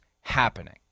happening